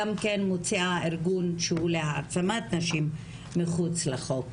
גם כן מוציאה ארגון שהוא להעצמת נשים מחוץ לחוק.